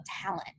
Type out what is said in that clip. talent